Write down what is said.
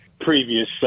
previous